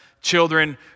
children